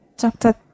Chapter